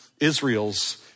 Israel's